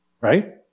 Right